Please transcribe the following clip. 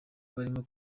barimo